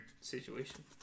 situation